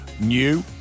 new